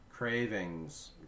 Cravings